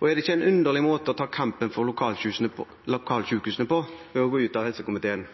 Og er det ikke en underlig måte å ta kampen for lokalsykehusene på å gå ut av helsekomiteen?